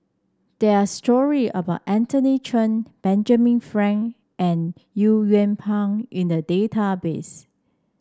there are story about Anthony Chen Benjamin Frank and Au Yue Pak in the database